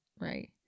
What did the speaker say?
right